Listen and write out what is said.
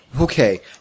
Okay